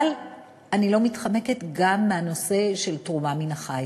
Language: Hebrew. אבל אני לא מתחמקת גם מהנושא של תרומה מן החי,